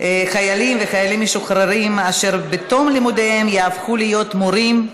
חיילים וחיילים משוחררים אשר בתום לימודיהם יהפכו להיות מורים,